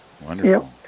wonderful